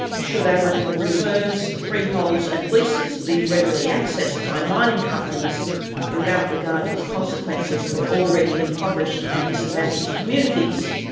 should aboriginal reserves, freeholds and leases be readily accessed by mining companies without regard to the consequences for already impoverished and disadvantaged communities,